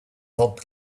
help